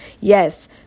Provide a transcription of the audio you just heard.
Yes